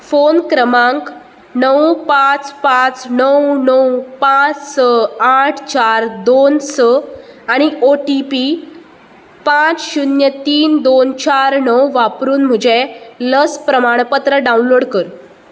phone क्रमांक णव पांच पांच णव णव पांच स आठ चार दोन स आनी ओ टी पी पांच शुन्य तीन दोन चार णव वापरून म्हजें लस प्रमाणपत्र डावनलोड कर